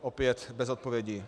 Opět bez odpovědi.